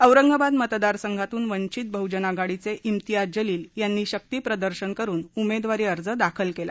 औरंगाबाद मतदार संघातून वंचित बहजन आघाडीचे शिंतयाज जलील यांनी शक्ती प्रदर्शन करून उमेदवारी अर्ज दाखल केला